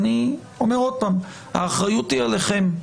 אני אומר עוד פעם: האחריות היא עליכם.